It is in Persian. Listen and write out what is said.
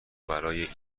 برای